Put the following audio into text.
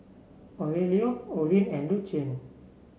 Aurelio Orin and Lucien